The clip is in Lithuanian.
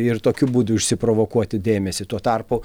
ir tokiu būdu išsiprovokuoti dėmesį tuo tarpu